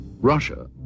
Russia